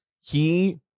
he-